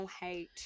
hate